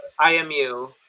IMU